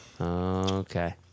Okay